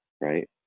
right